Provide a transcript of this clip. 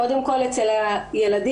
קודם כל אצל הילדים,